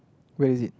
where is it